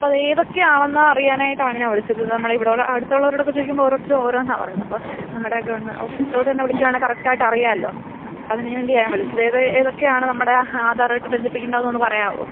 അപ്പം അതേതൊക്കെയാണെന്ന് അറിയാനായിട്ടാണ് ഞാന് വിളിച്ചത് നമ്മളെ ഇവിടുള്ള അടുത്തൊള്ളോരോടൊക്കെ ചോദിക്കുമ്പോൾ ഓരോരുത്തർ ഓരോന്നാണ് പറയുന്നത് അപ്പം നമ്മുടെ ഗവണ്മ ഓഫീസിലോട്ടന്നെ വിളിക്കുവാണ് കറക്റ്റായിട്ട് അറിയാല്ലോ അതിന് വേണ്ടിയ ഞാന് വിളിച്ചത് എത് ഏതൊക്കെയാണ് നമ്മുടെ ആധാറുവായിട്ട് ബന്ധിപ്പിക്കേണ്ടതെന്ന് ഒന്ന് പറയാവോ